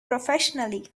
professionally